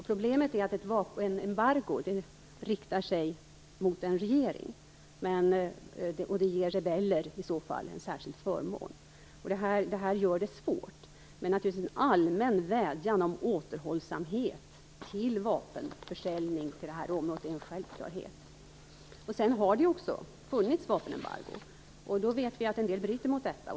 Problemet är att ett embargo riktar sig mot en regering, vilket ger rebeller en särskild förmån. Det gör det svårt. Men vi kan göra en allmän vädjan om återhållsamhet i vapenförsäljning till detta område. Det är en självklarhet. Det har också funnits ett vapenembargo, och vi vet att några bryter mot detta.